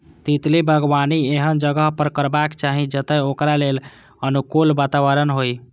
तितली बागबानी एहन जगह पर करबाक चाही, जतय ओकरा लेल अनुकूल वातावरण होइ